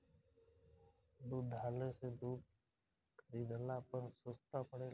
दुग्धालय से दूध खरीदला पर सस्ता पड़ेला?